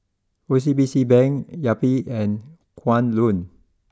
O C B C Bank Yupi and Kwan Loong